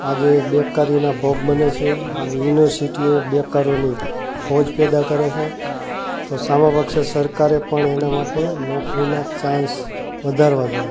આજે બેકારીના ભોગ બને છે આજ યુનિવર્સિટીઓ બેકારોની ફોજ પેદા કરે છે તો સામા પક્ષે સરકારે પણ એના માટે નોકરીના ચાન્સ વધારવા જોઈએ